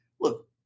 look